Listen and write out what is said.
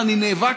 ואני נאבק,